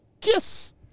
kiss